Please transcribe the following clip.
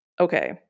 okay –